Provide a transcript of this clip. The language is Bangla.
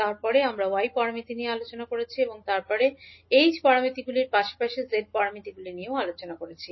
তারপরে আমরা y প্যারামিটারগুলি নিয়ে আলোচনা করেছি এবং তারপরে আমরা h প্যারামিটারগুলির পাশাপাশি z প্যারামিটারগুলি নিয়ে আলোচনা করেছি